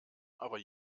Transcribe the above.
aber